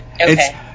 okay